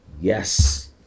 Yes